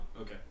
Okay